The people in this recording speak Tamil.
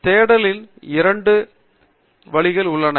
தேடலின் இரண்டு வழிகளும் உள்ளன